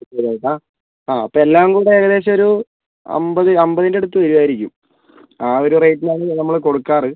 fixed റേറ്റാണോ ആ അപ്പോൾ എല്ലാം കൂടി ഏകദേശം ഒരു അമ്പത് അമ്പതിൻ്റടുത്ത് വരുമായിരിക്കും ആ ഒരു റേറ്റിലാണ് നമ്മൾ കൊടുക്കാറ്